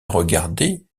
regarder